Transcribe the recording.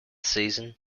season